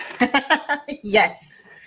Yes